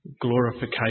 glorification